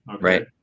Right